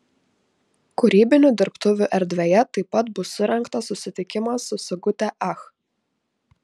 kūrybinių dirbtuvių erdvėje taip pat bus surengtas susitikimas su sigute ach